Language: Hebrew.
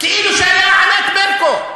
כאילו שהיה ענת ברקו.